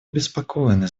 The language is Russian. обеспокоены